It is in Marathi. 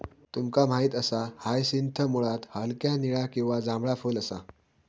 तुमका माहित असा हायसिंथ मुळात हलक्या निळा किंवा जांभळा फुल असा